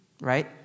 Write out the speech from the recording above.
right